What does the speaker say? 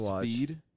speed